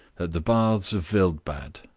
at the baths of wildbad.